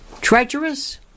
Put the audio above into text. treacherous